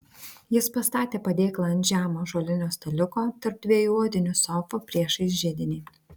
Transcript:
jis pastatė padėklą ant žemo ąžuolinio staliuko tarp dviejų odinių sofų priešais židinį